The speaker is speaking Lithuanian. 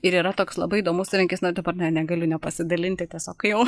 ir yra toks labai įdomus įrankis na dabar ne negaliu nepasidalinti tiesiog jau